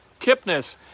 Kipnis